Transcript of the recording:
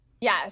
Yes